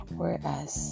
whereas